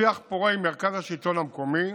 שיח פורה עם מרכז השלטון המקומי,